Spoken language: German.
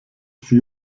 sie